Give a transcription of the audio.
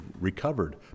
recovered